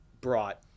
brought